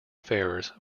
affairs